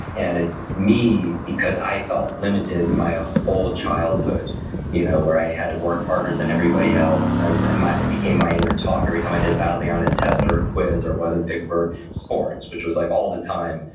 and it's me, because i felt limited my whole childhood you know where i had to work harder than everybody else, and it it became my inner talk. every time i did badly on a test or a quiz, or wasn't picked for sports, which was like all the time,